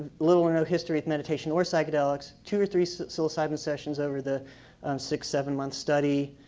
little or no history with mediation or psychedelics, two or three psilocybin sessions over the six, seven month study.